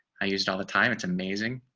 i used all the time. it's amazing.